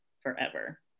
forever